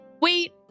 Wait